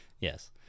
Yes